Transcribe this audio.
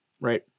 right